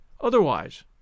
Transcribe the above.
Otherwise